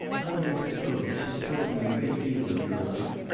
andrei petrovitch has told me a great deal of your life,